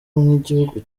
nk’igihugu